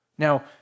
Now